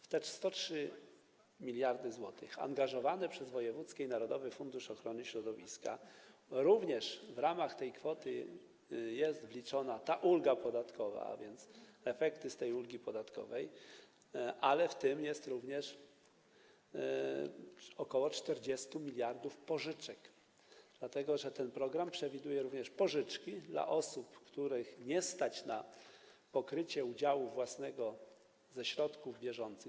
W te 103 mld zł angażowane przez narodowy i wojewódzkie fundusze ochrony środowiska, również w ramach tej kwoty, jest wliczona ta ulga podatkowa, a więc efekty tej ulgi podatkowej, ale w tym jest również ok. 40 mld pożyczek, dlatego że ten program przewiduje również pożyczki dla osób, których nie stać na pokrycie udziału własnego ze swoich środków bieżących.